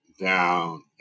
down